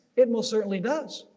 it most certainly does.